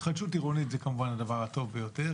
התחדשות עירונית זה כמובן הדבר הטוב ביותר.